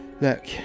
Look